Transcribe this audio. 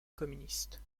communiste